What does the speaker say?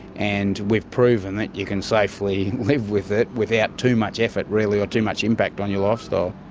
and we've proven that you can safely live with it without too much effort really, or too much impact on your lifestyle.